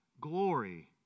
glory